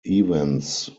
events